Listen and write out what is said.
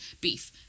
beef